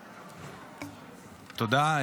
תודה.